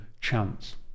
chance